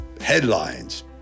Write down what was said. headlines